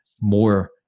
more